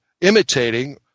imitating